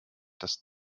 dass